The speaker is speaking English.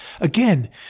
Again